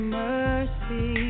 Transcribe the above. mercy